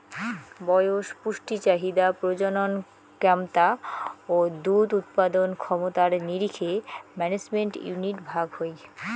বয়স, পুষ্টি চাহিদা, প্রজনন ক্যমতা ও দুধ উৎপাদন ক্ষমতার নিরীখে ম্যানেজমেন্ট ইউনিট ভাগ হই